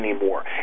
anymore